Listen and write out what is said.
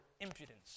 impudence